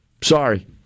sorry